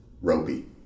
roby